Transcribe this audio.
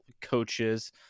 coaches